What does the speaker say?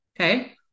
Okay